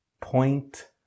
Point